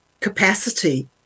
capacity